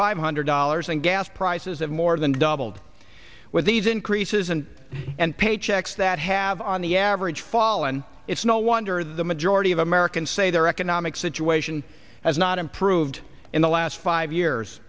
five hundred dollars and gas prices have more than doubled with these increases and and paychecks that have on the average fallen it's no wonder the majority of americans say their economic situation has not improved in the last five years